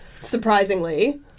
surprisingly